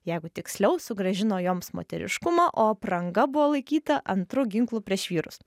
jeigu tiksliau sugrąžino joms moteriškumą o apranga buvo laikyta antru ginklu prieš vyrus